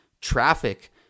Traffic